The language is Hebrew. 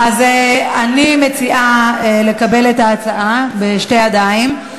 אז אני מציעה לקבל את ההצעה בשתי ידיים,